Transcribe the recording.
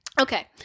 okay